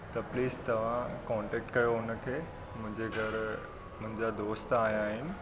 त प्लीस तव्हां कॉन्टैक्ट कयो उनखे मुंहिंजे घरु मुंहिंजा दोस्त आयां आहिनि